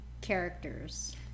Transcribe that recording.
characters